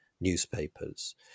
newspapers